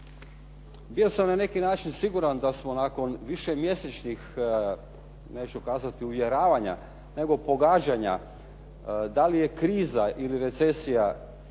Bio sam na neki način siguran da smo nakon višemjesečnih neću kazati uvjeravanja, nego pogađanja da li je kriza ili recesija došla